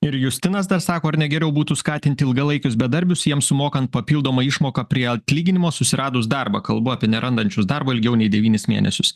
ir justinas dar sako ar ne geriau būtų skatinti ilgalaikius bedarbius jiems sumokant papildomą išmoką prie atlyginimo susiradus darbą kalbu apie nerandančius darbo ilgiau nei devynis mėnesius